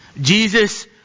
Jesus